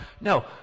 No